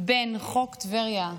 בין חוק טבריה,